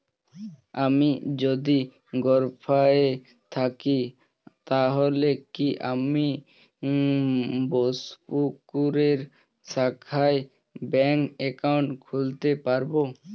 আমি যদি গরফায়ে থাকি তাহলে কি আমি বোসপুকুরের শাখায় ব্যঙ্ক একাউন্ট খুলতে পারবো?